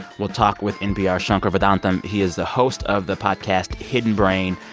we'll talk with npr's shankar vedantam. he is the host of the podcast hidden brain,